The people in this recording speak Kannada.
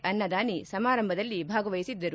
ಅನ್ನದಾನಿ ಸಮಾರಂಭದಲ್ಲಿ ಭಾಗವಹಿಸಿದ್ದರು